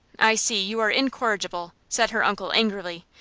i see, you are incorrigible, said her uncle, angrily.